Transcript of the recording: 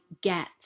get